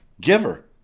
giver